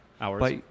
hours